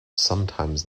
sometimes